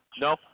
no